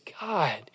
God